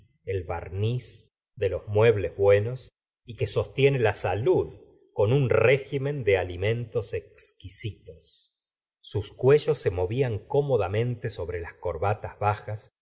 el barniz de los muebles buenos y que sostiene la salud con un régimen de alimentos exquisitos su cuello se movía cómodamente sobre la corbata baja